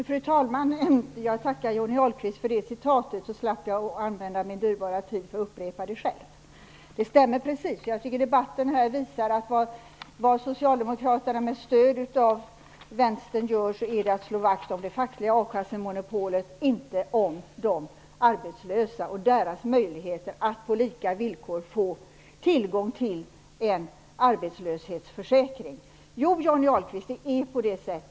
Fru talman! Jag tackar Johnny Ahlqvist för det citatet. Jag slipper därmed att använda min dyrbara tid till att upprepa det själv. Det stämmer precis. Jag tycker att debatten här visar att vad socialdemokraterna med stöd av Vänstern gör, så är det att slå vakt om det fackliga A kassemonopolet och inte om de arbetslösa och deras möjligheter att på lika villkor få tillgång till en arbetslöshetsförsäkring. Jo, Johnny Ahlqvist, det är på det sättet.